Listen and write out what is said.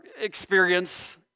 experience